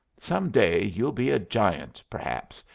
some day you'll be a giant, perhaps,